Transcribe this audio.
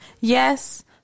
yes